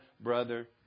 brother